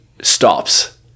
stops